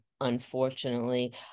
unfortunately